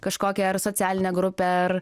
kažkokią ar socialinę grupę ar